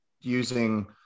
using